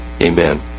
Amen